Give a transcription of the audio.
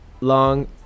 long